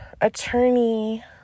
Attorney